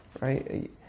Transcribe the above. right